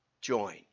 join